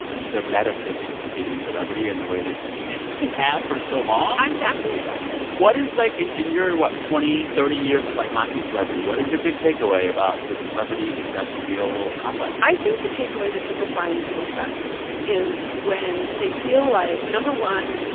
the metaphysics of being a celebrity in the way that you have for so long i'm fascinated by it what is, like in in your what? twenty, thirty years of, like, mocking and celebrity, what is your big takeaway about the celebrity industrial complex? i think the takeaway that people find the most fascinating is when they feel like, no. one,